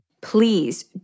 please